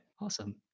Awesome